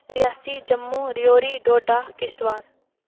Reasi Jammu Rajouri Kishtwar Doda